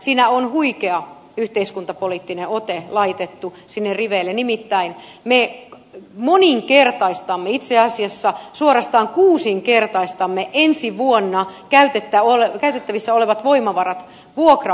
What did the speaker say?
siinä on huikea yhteiskuntapoliittinen ote laitettu sinne riveille nimittäin me moninkertaistamme itse asiassa suorastaan kuusinkertaistamme ensi vuonna käytettävissä olevat voimavarat vuokra asuntotuotantoon